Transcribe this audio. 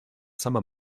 summer